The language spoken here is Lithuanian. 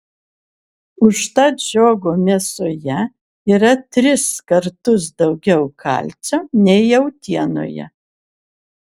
užtat žiogo mėsoje yra tris kartus daugiau kalcio nei jautienoje